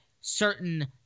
certain